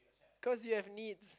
cause you have needs